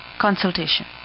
consultation